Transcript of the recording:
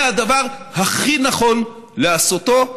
זה הדבר הכי נכון לעשותו.